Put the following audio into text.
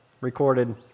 Recorded